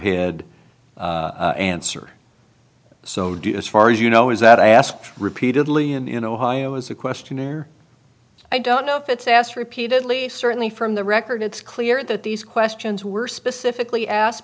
head answer so do as far as you know is that i asked repeatedly and in ohio as a questionnaire i don't know if it's asked repeatedly certainly from the record it's clear that these questions were specifically asked